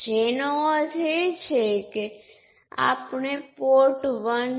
તેથી આ તે છે જે આપણી પાસે પોર્ટ એક પર છે